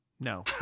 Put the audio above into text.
No